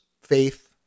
faith